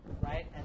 right